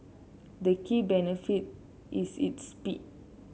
the key benefit is its speed